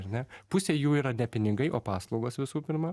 ar ne pusė jų yra ne pinigai o paslaugos visų pirma